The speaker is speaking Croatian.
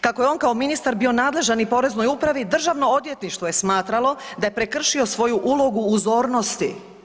Kako je on kao ministar bio nadležan i Poreznoj upravi Državno odvjetništvo je smatralo da je prekršio svoju ulogu uzornosti.